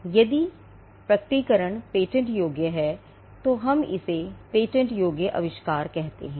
इसलिए यदि प्रकटीकरण पेटेंट योग्य है तो हम इसे पेटेंट योग्य आविष्कार कहते हैं